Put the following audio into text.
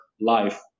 life